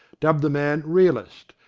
dub the man realist,